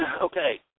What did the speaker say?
Okay